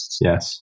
Yes